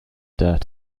dirt